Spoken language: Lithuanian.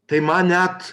tai man net